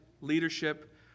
leadership